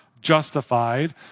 justified